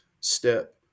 step